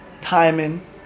timing